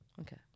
Okay